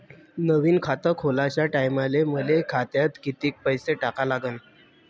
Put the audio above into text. नवीन खात खोलाच्या टायमाले मले खात्यात कितीक पैसे टाका लागन?